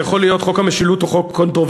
זה יכול להיות חוק המשילות או חוק קונטרוברסלי.